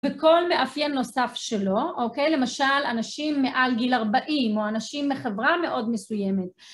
וכל מאפיין נוסף שלו, אוקיי? למשל, אנשים מעל גיל 40 או אנשים מחברה מאוד מסוימת.